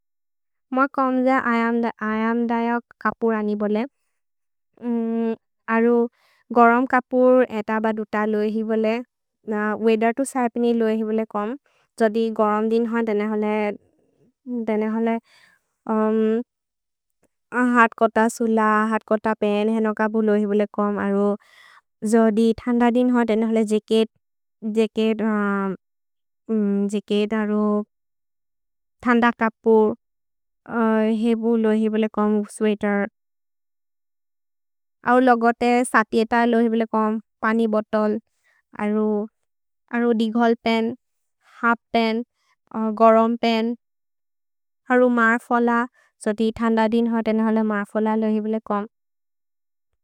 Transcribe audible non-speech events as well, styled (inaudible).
मुअ कम्ज (hesitation) अयम् दयक् कपुर् अनि बोले। (hesitation) अरु गरम् कपुर् एत ब दुत लोहि बोले। वेदर् तु सर्पिनि लोहि बोले कम्। जोदि गरम् दिन् हौ देने हले (hesitation) हर्कोत सुल, हर्कोत पेन्, हेनो कपुर् लोहि बोले कम्। जोदि थन्द दिन् हौ देने हले जेकेत् जेकेत् (hesitation) अरु (hesitation) थन्द कपुर्, हेबु लोहि बोले कम्, स्वेतेर्। अरु लोगते सति एत लोहि बोले कम्, पनि बोतोल्, अरु (hesitation) दिघल् पेन्, हप् पेन्, गरम् पेन्, अरु मर्फोल, जोदि थन्द दिन् हौ देने हले मर्फोल लोहि बोले कम्।